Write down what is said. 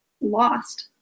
lost